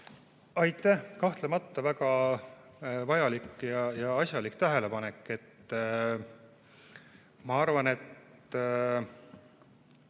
Aitäh! Kahtlemata väga vajalik ja asjalik tähelepanek. Ma arvan, et